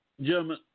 Gentlemen